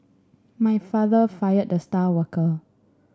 my father fired the star worker